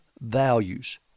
values